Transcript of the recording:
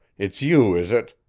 it's you, is it?